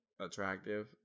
attractive